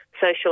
social